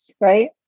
right